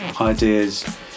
ideas